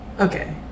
Okay